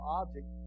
object